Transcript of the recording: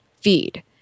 feed